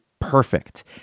perfect